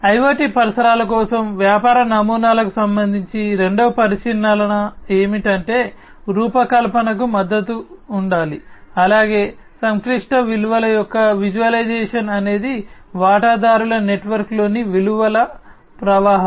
IoT పరిసరాల కోసం వ్యాపార నమూనాలకు సంబంధించి రెండవ పరిశీలన ఏమిటంటే రూపకల్పనకు మద్దతు ఉండాలి అలాగే సంక్లిష్ట విలువల యొక్క విజువలైజేషన్ అనేది వాటాదారుల నెట్వర్క్లోని విలువ ప్రవాహాలు